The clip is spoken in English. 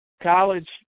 College